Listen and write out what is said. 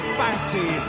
fancy